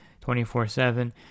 24-7